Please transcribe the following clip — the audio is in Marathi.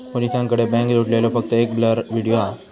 पोलिसांकडे बॅन्क लुटलेलो फक्त एक ब्लर व्हिडिओ हा